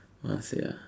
honestly ah